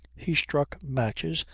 he struck matches,